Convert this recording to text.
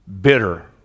bitter